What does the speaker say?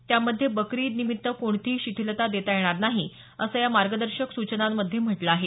त्यामध्ये बकरी ईद निमित्त कोणतीही शिथिलता देता येणार नाही असं या मार्गदर्शक सूचनांमध्ये म्हटलं आहे